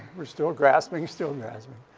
we're still grasping, still grasping.